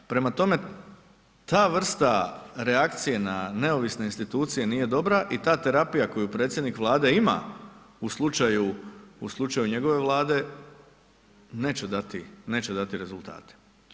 Prema tome, ta vrsta reakcije na neovisne institucije nije dobra i ta terapija koju predsjednik Vlade ima u slučaju njegove Vlade, neće dati rezultate.